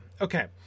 okay